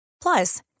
Plus